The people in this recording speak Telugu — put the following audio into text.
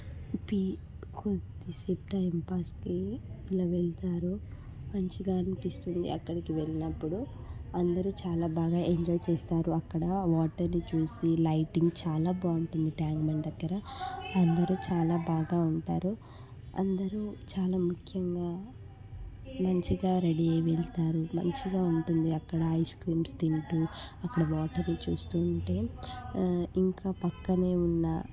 పి కొద్దిసేపు టైంపాస్కి అలా వెళతారు మంచిగా అనిపిస్తుంది అక్కడికి వెళ్ళినప్పుడు అందరూ చాలా బాగా ఎంజాయ్ చేస్తారు అక్కడ వాటర్ని చూస్తే లైటింగ్ చాలా బాగుంటుంది ట్యాంక్ బండ్ దగ్గర అందరూ చాలా బాగా ఉంటారు అందరూ చాలా ముఖ్యంగా మంచిగా రెడీ అయి వెళతారు మంచిగా ఉంటుంది అక్కడ ఐస్ క్రీమ్స్ తింటూ అక్కడ వాటర్ని చూస్తూ ఉంటే ఇంకా పక్కనే ఉన్న